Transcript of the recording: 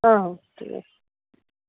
ହଁ ହଁ ଠିକ୍ ଅଛି